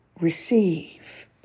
receive